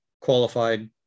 qualified